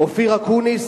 אופיר אקוניס,